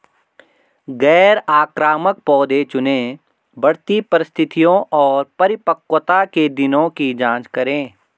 गैर आक्रामक पौधे चुनें, बढ़ती परिस्थितियों और परिपक्वता के दिनों की जाँच करें